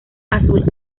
azul